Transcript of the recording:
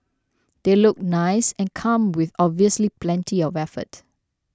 they look nice and come with obviously plenty of effort